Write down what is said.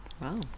Wow